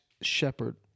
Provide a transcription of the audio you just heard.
Shepard